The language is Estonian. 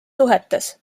suhetes